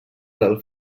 del